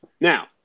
Now